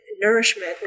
nourishment